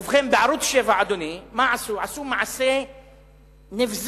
ובכן, בערוץ-7, אדוני, עשו מעשה נבזי,